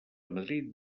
madrid